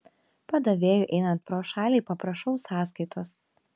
padavėjui einant pro šalį paprašau sąskaitos